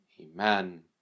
Amen